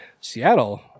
Seattle